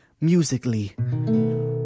musically